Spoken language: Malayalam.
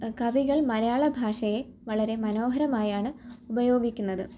കവികൾ മലയാള ഭാഷയെ വളരെ മനോഹരമായാണ് ഉപയോഗിക്കുന്നത്